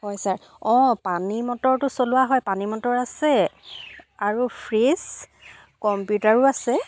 হয় ছাৰ অঁ পানীমটৰটো চলোৱা হয় পানীমটৰ আছে আৰু ফ্ৰীজ কম্পিউটাৰো আছে